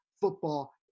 football